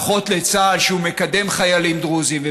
ברכות לצה"ל שהוא מקדם חיילים דרוזים,